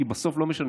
כי בסוף לא משנה,